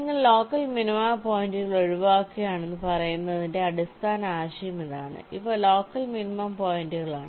നിങ്ങൾ local minima പോയിന്റുകൾ ഒഴിവാക്കുകയാണെന്ന് പറയുന്നതിന്റെ അടിസ്ഥാന ആശയം ഇതാണ് ഇവ ലോക്കൽ മിനിമ പോയിന്റുകളാണ്